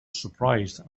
surprised